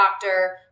doctor